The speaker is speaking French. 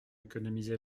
économisé